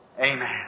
amen